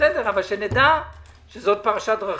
זו פרשת דרכים.